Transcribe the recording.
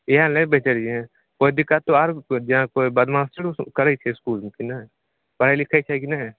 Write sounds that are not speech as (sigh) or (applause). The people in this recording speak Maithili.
इहए नहि (unintelligible) कोइ दिक्कत आरो कोइ कोइ बदमाशियो करै छै इसकूलमे कि नहि पढ़ै लिखै छै कि नहि